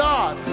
God